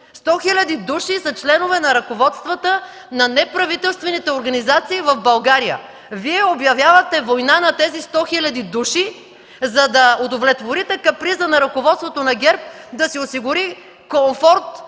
хиляди души са членове на ръководствата на неправителствените организации в България. Вие обявявате война на тези сто хиляди души, за да удовлетворите каприза на ръководството на ГЕРБ да си осигури комфорт